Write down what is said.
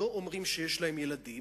לא אומרים שיש להם ילדים.